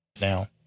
now